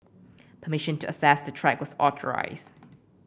permission to access the track was authorised